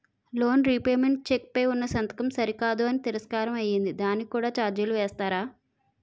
Loan repayment cheque పై ఉన్నా సంతకం సరికాదు అని తిరస్కారం అయ్యింది దానికి కూడా నాకు ఛార్జీలు వేస్తారా?